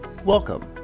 Welcome